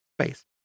space